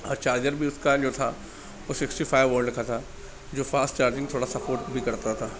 اور چارجر بھی اس کا جو تھا وہ سکسٹی فائیو وولٹ کا تھا جو فاسٹ چارجنگ تھوڑا افورڈ کرتا تھا